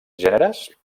gèneres